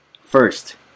First